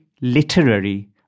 literary